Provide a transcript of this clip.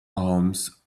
arms